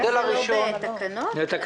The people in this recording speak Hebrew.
הניוד הוא גם בתקנות.